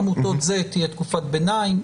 לעמותות תהיה תקופת ביניים,